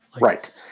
Right